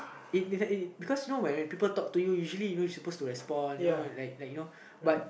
it because it because you know when when people talk to you usually you you supposed to respond but like like you know but